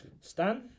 stan